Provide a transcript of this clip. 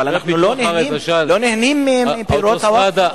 אבל אנחנו לא נהנים מפירות הווקף המוסלמי.